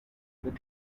but